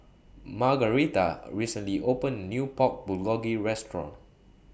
Margaretha recently opened A New Pork Bulgogi Restaurant